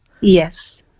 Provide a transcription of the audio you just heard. Yes